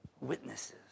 witnesses